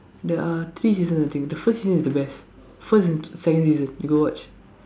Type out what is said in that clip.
there are three season I think the first season is the best first and second season you go watch